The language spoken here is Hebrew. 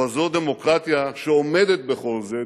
אבל זו דמוקרטיה שעומדת בכל זה,